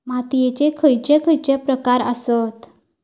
मातीयेचे खैचे खैचे प्रकार आसत?